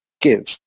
give